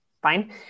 fine